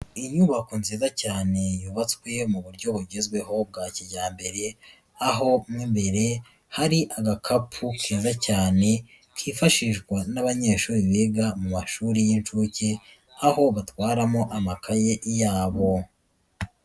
Inyubako nziza cyane yubatswe mu buryo bugezweho bwa kijyambere, aho mo imbere hari agakapu keza cyane, kifashishwa n'abanyeshuri biga mu mashuri y'inshuke, aho batwaramo amakaye yabo.